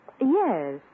Yes